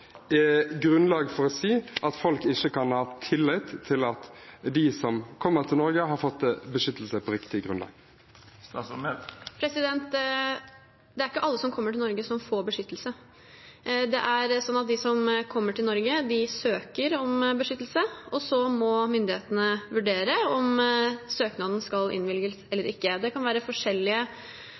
grunnlag for å si at folk ikke kan ha tillit til at de som kommer til Norge, har fått beskyttelse på riktig grunnlag? Det er ikke alle som kommer til Norge, som får beskyttelse. Det er sånn at de som kommer til Norge, søker om beskyttelse, og så må myndighetene vurdere om søknaden skal innvilges eller ikke. Det kan være forskjellige